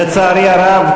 לצערי הרב,